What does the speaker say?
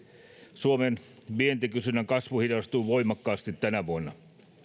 suomen vientikysynnän kasvu hidastuu voimakkaasti tänä vuonna